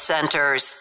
Centers